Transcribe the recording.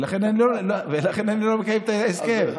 ולכן אני לא מקיימת את ההסכם.